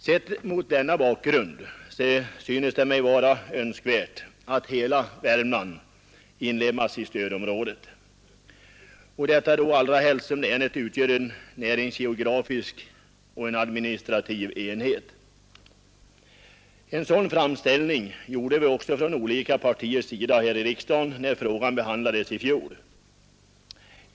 Sett mot denna bakgrund synes det mig önskvärt att hela Värmland inlemmas i stödområdet, så mycket mer som länet utgör en näringsgeografisk och administrativ enhet. Från olika partiers sida gjorde vi också en framställning härom när frågan behandlades i riksdagen i fjol.